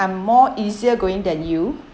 I'm more easier going than you